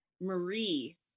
Marie